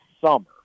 summer